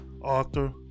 author